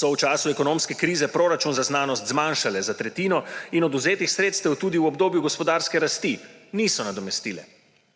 so v času ekonomske krize proračun za znanost zmanjšale za tretjino in odvzetih sredstev tudi v obdobju gospodarske rasti niso nadomestile.